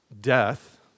death